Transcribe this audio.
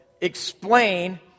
explain